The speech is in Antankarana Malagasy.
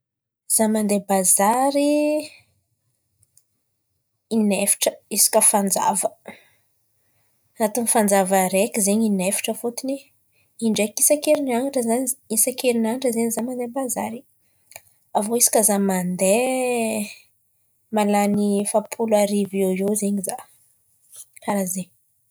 Zaho mandeha bazary in'efatra isaka fanjava. Anatiny fanjava araiky zen̈y in'efatra fôtony indraiky isak'herinandra zany isak'herinandra zen̈y izaho mandeha mi-bazary. Avy eo isaka izaho mandeha mahalany efapolo arivo eo zen̈y izaho, karà zen̈y.